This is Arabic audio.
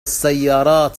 السيارات